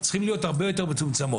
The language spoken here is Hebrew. צריכות להיות הרבה יותר מצומצמות.